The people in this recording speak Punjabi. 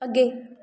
ਅੱਗੇ